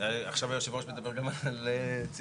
עכשיו יושב הראש מדבר גם על צעירים.